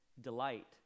delight